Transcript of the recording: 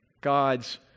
God's